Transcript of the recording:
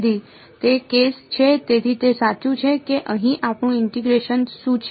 તેથી તે કેસ છે તેથી તે સાચું છે કે અહીં આપણું ઇન્ટીગ્રેશન શું છે